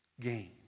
gain